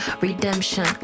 redemption